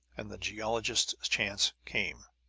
and the geologist's chance came.